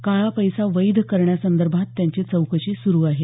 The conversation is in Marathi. काळा पैसा वैध करण्यासंदर्भात त्यांची चौकशी सुरू आहे